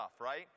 right